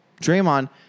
Draymond